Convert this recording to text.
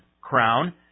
crown